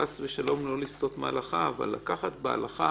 חס ושלום לא לסטות מההלכה אבל לקחת בהלכה